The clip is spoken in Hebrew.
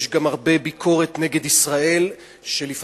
יש גם הרבה ביקורת נגד ישראל שלפעמים